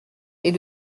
est